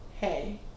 hey